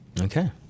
Okay